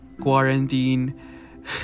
quarantine